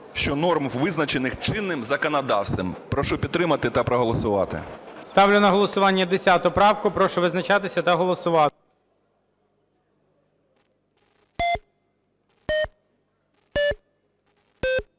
що "норм, визначених чинним законодавством". Прошу підтримати та проголосувати. ГОЛОВУЮЧИЙ. Ставлю на голосування 10 правку. Прошу визначатись та голосувати.